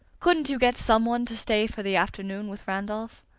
couldn't you get some one to stay for the afternoon with randolph?